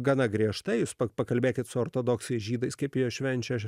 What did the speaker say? gana griežta jūs pakalbėkit su ortodoksais žydais kaip jie švenčia